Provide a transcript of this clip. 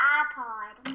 iPod